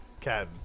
Ken